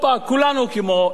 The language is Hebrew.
כולנו כמו אירופה.